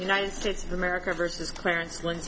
united states of america versus clarence